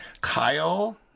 Kyle